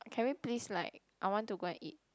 can we please like I want to go and eat